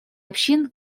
общин